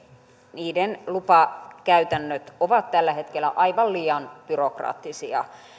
niiden lupakäytännöt ovat tällä hetkellä aivan liian byrokraattisia